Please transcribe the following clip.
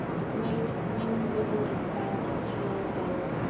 a great, windrippled expanse of pale gold.